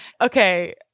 Okay